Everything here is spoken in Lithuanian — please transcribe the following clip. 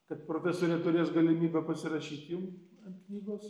kad profesorė turės galimybę pasirašyt jum ant knygos